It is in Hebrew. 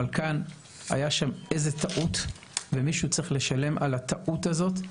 אבל כאן היה שם איזה טעות ומישהו צריך לשלם על הטעות הזאת,